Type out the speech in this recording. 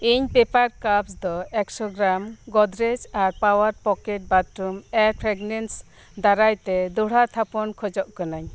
ᱤᱧ paper cups ᱫᱚ ᱮᱠᱥᱚ ᱜᱨᱟᱢ ᱜᱳᱫᱽᱨᱮᱡᱽ ᱟᱨ power pocket bathroom air fragrance ᱫᱟᱨᱟᱭᱛᱮ ᱫᱚᱦᱲᱟ ᱛᱷᱟᱯᱚᱱ ᱠᱷᱚᱡᱚᱜ ᱠᱟᱹᱱᱟᱹᱧ